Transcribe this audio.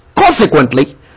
Consequently